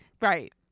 right